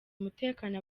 umutekano